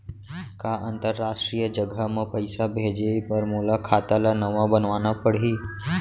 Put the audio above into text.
का अंतरराष्ट्रीय जगह म पइसा भेजे बर मोला खाता ल नवा बनवाना पड़ही?